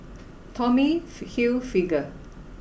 Tommy Hilfiger